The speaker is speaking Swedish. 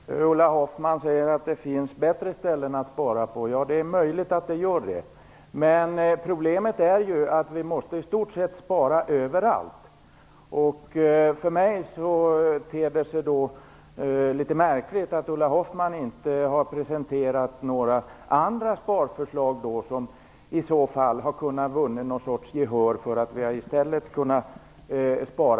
Herr talman! Ulla Hoffmann säger att det finns bättre ställen att spara på. Ja, det är möjligt att det gör. Men problemet är ju att vi i stort sett måste spara överallt. För mig ter det sig därför litet märkligt att inte Ulla Hoffmann har presenterat några alternativa sparförslag som hon hade kunnat vinna gehör för.